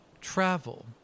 Travel